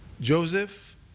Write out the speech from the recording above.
Joseph